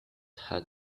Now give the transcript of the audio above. had